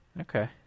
Okay